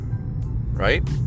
Right